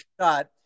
shot